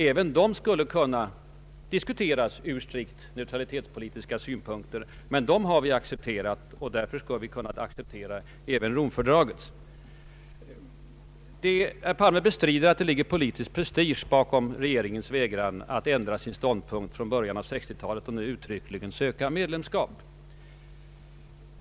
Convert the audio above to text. även de skulle kunna diskuteras från strikt neutralitetspolitiska synpunkter, men dem har vi accepterat. Vi kan också acceptera Romfördraget. Herr Palme bestrider att det ligger politisk prestige bakom regeringens vägran att ändra sin ståndpunkt från början av 1960-talet och uttryckligen söka medlemskap.